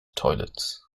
toilets